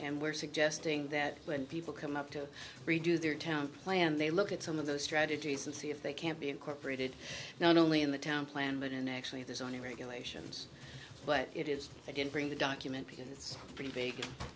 and we're suggesting that when people come up to redo their town plan they look at some of the strategies and see if they can't be incorporated not only in the town plan but in actually there's only regulations but it is i didn't bring the document because it's a pretty big